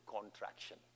contraction